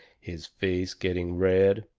his face getting red.